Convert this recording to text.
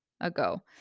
ago